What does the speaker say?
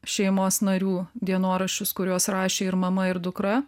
šeimos narių dienoraščius kuriuos rašė ir mama ir dukra